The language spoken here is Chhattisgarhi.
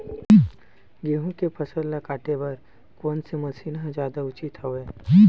गेहूं के फसल ल काटे बर कोन से मशीन ह जादा उचित हवय?